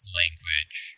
language